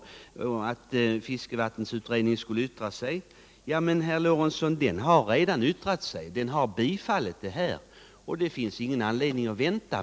Herr Lorentzon tyckte att fiskevattensutredningen först skulle yttra sig. Men den har redan yttrat sig, herr Lorentzon. Den har bifallit vårt förslag, och det finns därför ingen anledning att vänta.